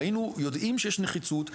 והיינו יודעים שיש נחיצות,